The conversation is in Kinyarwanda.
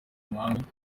mahanga